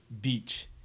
Beach